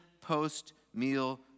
post-meal